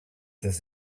this